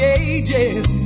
ages